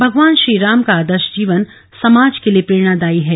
भगवान श्री राम का आदर्श जीवन समाज के लिए प्रेरणादायी है